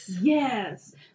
Yes